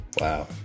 wow